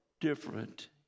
different